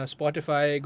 Spotify